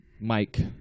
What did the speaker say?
Mike